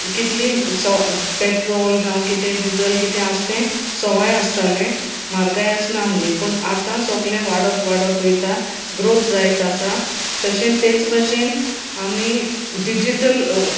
कितली सो पेट्रोल जावं कितें डिजल कितें आसा तें सवाय आसतालें म्हारगाय आसना आसली पूण आतां सगलें वाडत वाडत वता ग्रोथ जायत आसा तशें तेच भशेन आमी डिजीटल